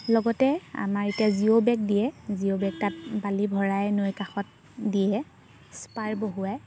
লগতে আমাৰ এতিয়া জিঅ' বেগ দিয়ে জিঅ' বেগ তাত বালি ভৰাই নৈ কাষত দিয়ে স্পাৰ বহুৱাই